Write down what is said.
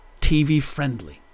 TV-friendly